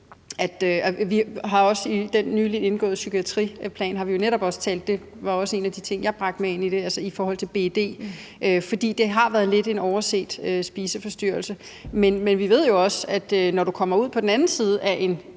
i den nylig indgåede psykiatriplan har vi jo netop også talt om BED – det var en af de ting, jeg bragte med ind i det – for det har lidt været en overset spiseforstyrrelse. Men vi ved jo også, at når du kommer ud på den anden side af en